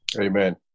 Amen